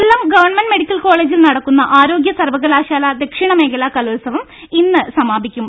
കൊല്ലം government medical കോളജിൽ നടക്കുന്ന ആരോഗ്യ സർവകലാശാല ദക്ഷിണമേഖല കലോത്സവം ഇന്ന് സമാപിക്കും